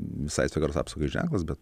visai sveikatos apsaugai ženklas bet